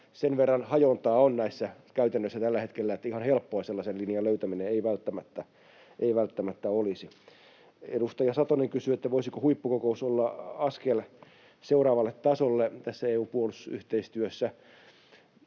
sen verran hajontaa on näissä käytännöissä tällä hetkellä, että ihan helppoa sellaisen linjan löytäminen ei välttämättä olisi. Edustaja Satonen kysyi, voisiko huippukokous olla askel seuraavalle tasolle tässä EU:n puolustusyhteistyössä.